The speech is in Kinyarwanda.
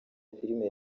filime